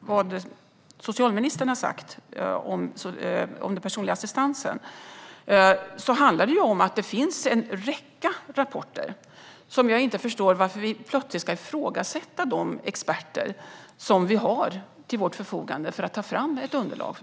vad socialministern har sagt om den personliga assistansen finns det en räcka rapporter, och jag förstår inte varför vi plötsligt ska ifrågasätta de experter som vi har till vårt förfogande för att ta fram ett underlag.